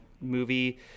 movie